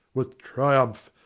with triumph,